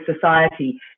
society